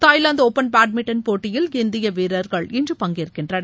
Thailand open badminton போட்டியில் இந்திய வீரர்கள் இன்று பங்கேற்கின்றனர்